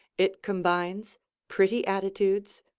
it combines pretty attitudes,